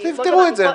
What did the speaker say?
תפתרו את זה.